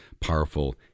powerful